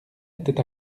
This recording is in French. était